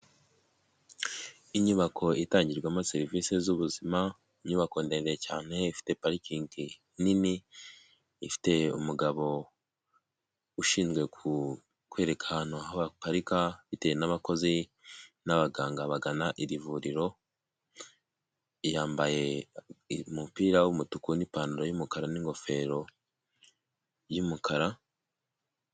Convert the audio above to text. Inyubako itangirwamo serivisi z'ubuzima inyubako ndende cyane ifite parikingi nini ifite umugabo ushinzwe kwereka abantu aho baparika bitewe n'abakozi nabaganga bagana iri vuriro yambaye umupira w'umutuku n'ipantaro y'umukara n'ingofero y'umukara.